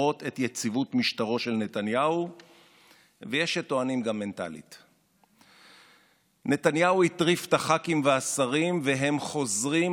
בספטמבר 2019. אז אם מישהו מתכוון באמת להתנצל בפני החברה